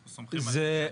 אנחנו סומכים עליך שי.